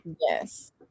Yes